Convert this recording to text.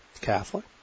Catholic